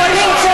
חבר הכנסת